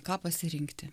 ką pasirinkti